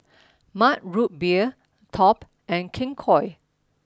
Mug Root Beer Top and King Koil